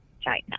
China